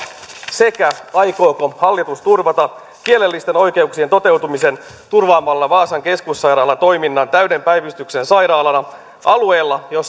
sekä aikooko hallitus turvata kielellisten oikeuksien toteutumisen turvaamalla vaasan keskussairaalan toiminnan täyden päivystyksen sairaalana alueella jossa